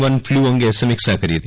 one flu અંગે સમીક્ષા કરી હતી